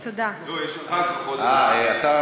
אנחנו עוברים